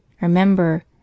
Remember